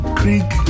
creek